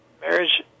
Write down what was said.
Marriage